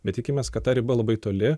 bet tikimės kad ta riba labai toli